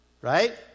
right